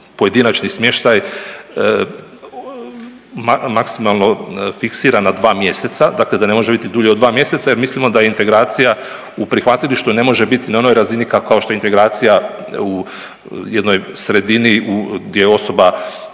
pojedinačni smještaj maksimalno fiksira na dva mjeseca, dakle da ne može biti dulje od dva mjeseca jer mislimo da integracija u prihvatilištu ne može biti na onoj razini kao što je integracija u jednoj sredini gdje osoba